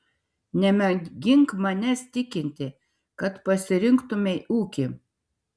nemėgink manęs tikinti kad pasirinktumei ūkį